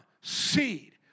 seed